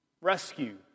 rescue